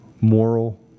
moral